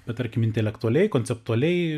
bet tarkim intelektualiai konceptualiai